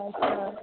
अच्छा